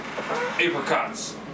Apricots